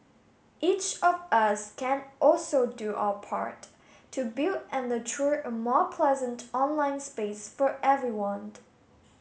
each of us can also do our part to build and nurture a more pleasant online space for everyone